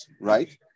right